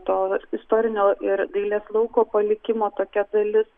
to istorinio ir dailės lauko palikimo tokia dalis